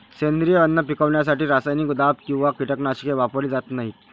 सेंद्रिय अन्न पिकवण्यासाठी रासायनिक दाब किंवा कीटकनाशके वापरली जात नाहीत